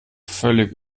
völlig